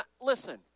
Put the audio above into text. listen